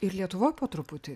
ir lietuvoj po truputį